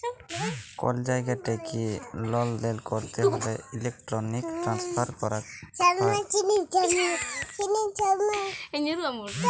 call জায়গা ঠেকিয়ে লালদেল ক্যরতে হ্যলে ইলেক্ট্রনিক ট্রান্সফার ক্যরাক হ্যয়